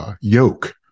yoke